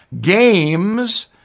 games